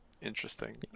interesting